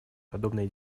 подобные